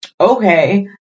Okay